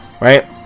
right